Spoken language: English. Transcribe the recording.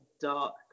dark